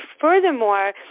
furthermore